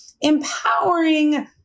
empowering